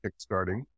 kickstarting